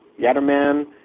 Yatterman